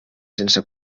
sense